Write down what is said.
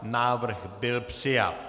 Návrh byl přijat.